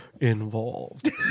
involved